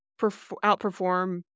outperform